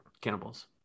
cannibals